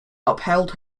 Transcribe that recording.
upheld